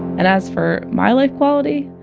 and as for my life quality?